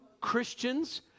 Christians